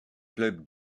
club